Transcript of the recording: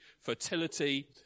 fertility